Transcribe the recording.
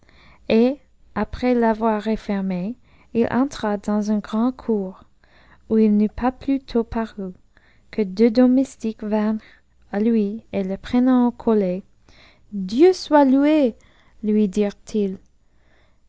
et après t'avoir refermée il entra dans une grande cour où il n'eut pas plus tôt paru que deux domestiques vinrent à lui et le prenant au collet dieu soit loué lui dirent-ils